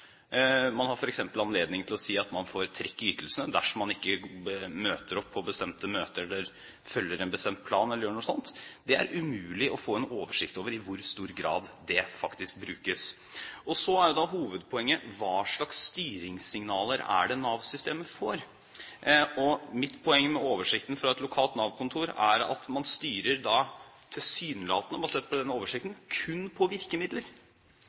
Man har f.eks. anledning til å si at man får trekk i ytelsene dersom man ikke møter opp på bestemte møter, følger en bestemt plan eller noe sånt. Det er umulig å få en oversikt over i hvor stor grad det faktisk brukes. Så er jo hovedpoenget: Hva slags styringssignaler er det Nav-systemet får? Og mitt poeng med oversikten fra et lokalt Nav-kontor er at man styrer tilsynelatende – basert på denne oversikten – kun på virkemidler.